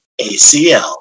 ACL